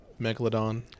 megalodon